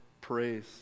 praise